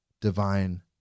divine